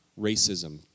racism